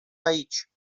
aici